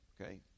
okay